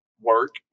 work